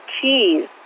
cheese